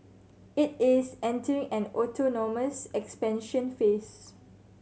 it is entering an autonomous expansion phase